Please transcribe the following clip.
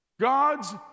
God's